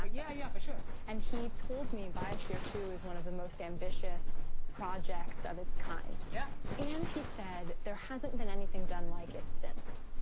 ah yeah yeah, for sure. and he told me biosphere two is one of the most ambitious projects of its kind. yeah. and he said there hasn't been anything done like it since.